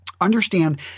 Understand